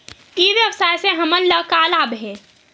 ई व्यवसाय से हमन ला का लाभ हे?